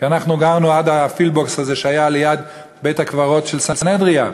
כי אנחנו גרנו עד הפילבוקס שהיה ליד בית-הקברות של סנהדריה,